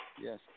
Yes